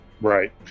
Right